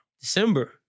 December